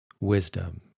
Wisdom